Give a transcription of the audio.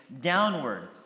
downward